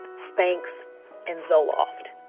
spanx and zoloft,